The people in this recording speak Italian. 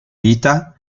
vita